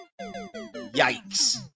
Yikes